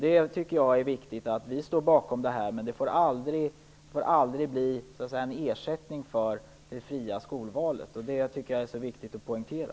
Det är viktigt att vi står bakom detta, men det får aldrig bli en ersättning för det fria skolvalet. Det tycker jag är mycket viktigt att poängtera.